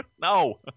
No